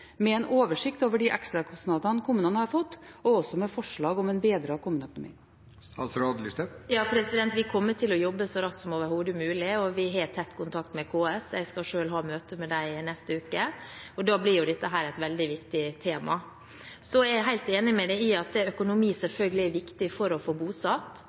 med en oversikt over de ekstrakostnadene kommunene har fått, og også med forslag til en bedret kommuneøkonomi? Vi kommer til å jobbe så raskt som overhodet mulig, og vi har tett kontakt med KS. Jeg skal selv ha møte med dem i neste uke, og da blir dette et veldig viktig tema. Jeg er helt enig i at økonomi selvfølgelig er viktig for å få